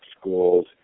schools